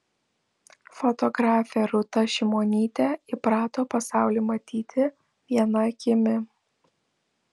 fotografė rūta šimonytė įprato pasaulį matyti viena akimi